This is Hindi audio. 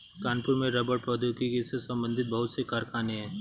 कानपुर में रबड़ प्रौद्योगिकी से संबंधित बहुत से कारखाने है